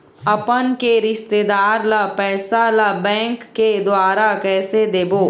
अपन के रिश्तेदार ला पैसा ला बैंक के द्वारा कैसे देबो?